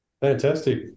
Fantastic